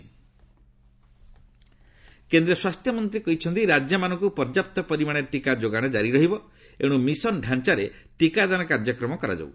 ହର୍ଷବର୍ଦ୍ଧନ କେନ୍ଦ୍ର ସ୍ୱାସ୍ଥ୍ୟମନ୍ତ୍ରୀ କହିଛନ୍ତି ରାଜ୍ୟ ମାନଙ୍କୁ ପର୍ଯ୍ୟାପ୍ତ ପରିମାଣରେ ଟିକା ଯୋଗାଣ କାରି ରହିବ ଏଣୁ ମିଶନ ଢାଞ୍ଚାରେ ଟିକାଦାନ କାର୍ଯ୍ୟକାରୀ କରାଯାଉ